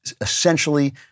essentially